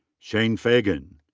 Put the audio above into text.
shane fagan.